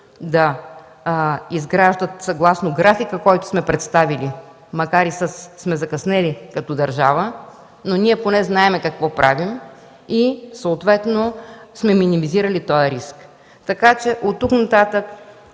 да изграждат съгласно графика, който сме представили, макар и да сме закъснели като държава), ние поне знаем какво правим и съответно сме минимизирали този риск. Оттук нататък